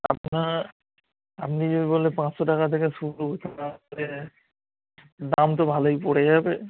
আপনার আপনি যদি বলেন পাঁচশো টাকা থেকে শুরু তাহলে আমাদের দাম তো ভালোই পড়ে যাবে